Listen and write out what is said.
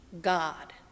God